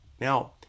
Now